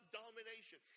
domination